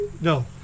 no